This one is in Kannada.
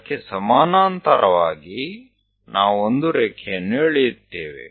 ಅದಕ್ಕೆ ಸಮಾನಾಂತರವಾಗಿ ನಾವು ಒಂದು ರೇಖೆಯನ್ನು ಎಳೆಯುತ್ತೇವೆ